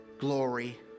glory